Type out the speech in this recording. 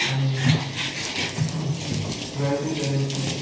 आनी जायते तरेचे